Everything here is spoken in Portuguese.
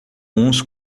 uns